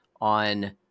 on